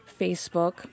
Facebook